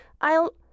I'll